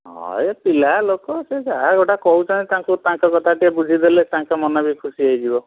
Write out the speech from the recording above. ହଁ ଏ ପିଲାଲୋକ ସିଏ ଯାହା ଗୋଟେ କହୁଛନ୍ତି ତାଙ୍କୁ ତାଙ୍କ କଥା ଟିକେ ବୁଝିଦେଲେ ତାଙ୍କ ମନ ବି ଖୁସି ହେଇଯିବ